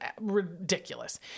ridiculous